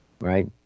right